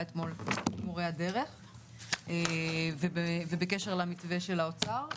אתמול עם מורי הדרך ובקש למתווה של האוצר,